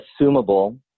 assumable